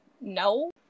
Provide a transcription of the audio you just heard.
no